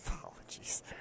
Apologies